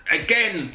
again